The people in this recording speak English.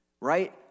right